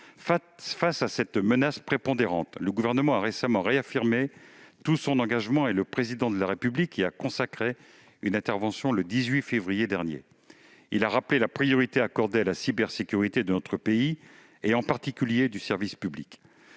Face à cette menace prépondérante, le Gouvernement a récemment réaffirmé tout son engagement et le Président de la République y a consacré une intervention le 18 février dernier. Il a rappelé la priorité accordée à la cybersécurité de notre pays, en particulier du service public.